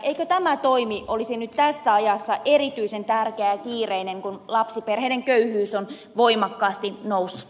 eikö tämä toimi olisi nyt tässä ajassa erityisen tärkeä ja kiireinen kun lapsiperheiden köyhyys on voimakkaasti noussut